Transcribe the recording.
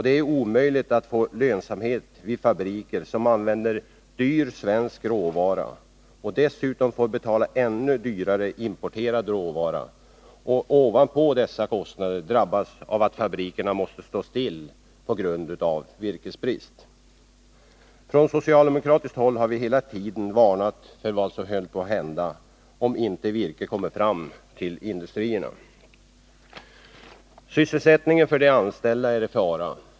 Det är omöjligt att få lönsamhet vid fabriker som använder dyr svensk ved som råvara, som dessutom får betala ännu dyrare importerad råvara och som ovanpå dessa kostnader drabbas av att tvingas stå stilla på grund av virkesbrist. Från socialdemokratiskt håll har vi hela tiden varnat för vad som torde komma att hända om inte virke kommer fram till industrierna. Sysselsättningen för de anställda är i fara.